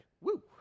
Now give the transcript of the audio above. Woo